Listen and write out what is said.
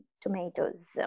tomatoes